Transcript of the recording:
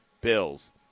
Bills